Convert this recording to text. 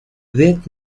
death